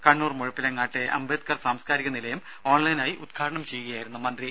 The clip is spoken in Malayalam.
കണ്ണൂർ മുഴപ്പിലങ്ങാട്ടെ അംബേദ്കർ സാംസ്കാരിക നിലയം ഓൺലൈനായി ഉദ്ഘാടനം ചെയ്യുകയായിരുന്നു അദ്ദേഹം